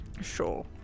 Sure